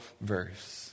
verse